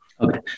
Okay